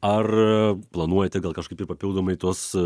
ar planuojate gal kažkaip ir papildomai tuos